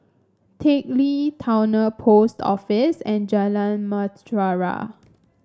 Teck Lee Towner Post Office and Jalan Mutiara